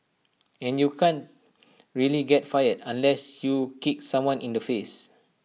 and you can't really get fired unless you kicked someone in the face